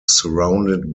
surrounded